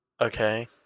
Okay